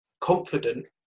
confident